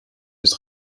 des